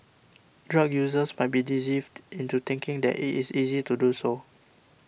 drug users might be deceived into thinking that it is easy to do so